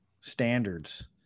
standards